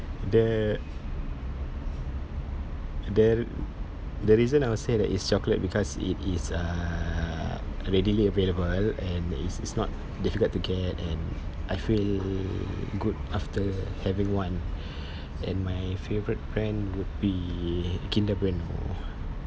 the the r~ the reason I would say that is chocolate because it is uh readily available and it is not difficult to get and I feel good after having one and my favourite brand would be kinder bueno